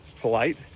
polite